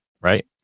Right